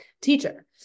teacher